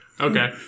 Okay